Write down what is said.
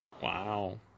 Wow